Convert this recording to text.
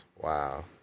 wow